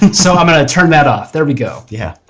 and so i'm going to turn that off. there we go. yeah.